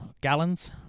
gallons